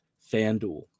FanDuel